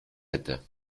hätte